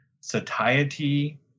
satiety